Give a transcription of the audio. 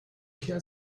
kerl